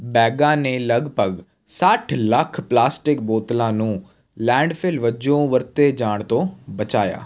ਬੈਗਾਂ ਨੇ ਲਗਭਗ ਸੱਠ ਲੱਖ ਪਲਾਸਟਿਕ ਬੋਤਲਾਂ ਨੂੰ ਲੈਂਡਫਿਲ ਵਜੋਂ ਵਰਤੇ ਜਾਣ ਤੋਂ ਬਚਾਇਆ